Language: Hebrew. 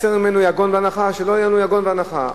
"והסר ממנו יגון ואנחה", שלא יהיו לנו יגון ואנחה.